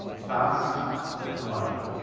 fast and reliable.